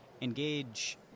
engage